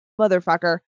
motherfucker